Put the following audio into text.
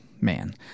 man